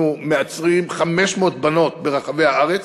אנחנו מאתרים 500 בנות ברחבי הארץ,